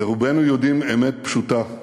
רובנו יודעים אמת פשוטה: